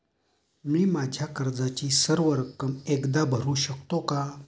मी माझ्या कर्जाची सर्व रक्कम एकदा भरू शकतो का?